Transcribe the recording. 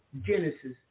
Genesis